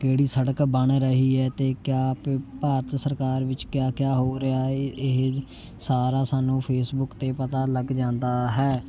ਕਿਹੜੀ ਸੜਕ ਬਣ ਰਹੀ ਹੈ ਅਤੇ ਕਿਆ ਪ ਭਾਰਤ ਸਰਕਾਰ ਵਿੱਚ ਕਿਆ ਕਿਆ ਹੋ ਰਿਹਾ ਹੈ ਇਹ ਸਾਰਾ ਸਾਨੂੰ ਫੇਸਬੁੱਕ 'ਤੇ ਪਤਾ ਲੱਗ ਜਾਂਦਾ ਹੈ